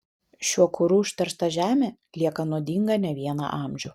šiuo kuru užteršta žemė lieka nuodinga ne vieną amžių